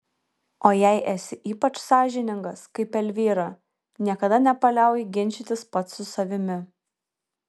o jei esi ypač sąžiningas kaip elvyra niekada nepaliauji ginčytis pats su savimi